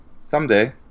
someday